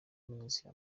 minisitiri